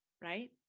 right